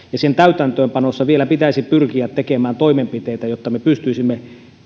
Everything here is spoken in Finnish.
sen täytäntöönpanossa vielä pitäisi pyrkiä tekemään toimenpiteitä jotta me pystyisimme